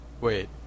Wait